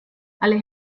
alle